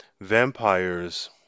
vampires